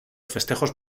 festejos